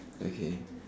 okay